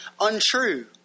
untrue